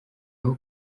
aho